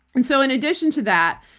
and so in addition to that,